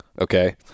Okay